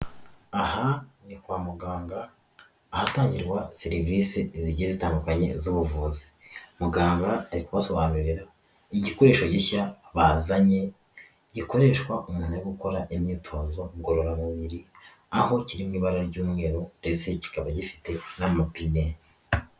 aha ni kwa muganga ahatangirwa serivisi zigiye zitandukanye z'ubuvuzi, muganga ari gusobanurira igikoresho gishya bazanye gikoreshwa umuntu ari gukora imyitozo ngorora mubiri aho kiririmo ibara ry'umweru ndetse kikaba gifite n'amapine.